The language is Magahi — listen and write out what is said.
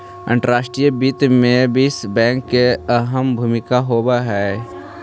अंतर्राष्ट्रीय वित्त में विश्व बैंक की अहम भूमिका होवअ हई